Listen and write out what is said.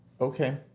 okay